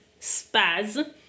spaz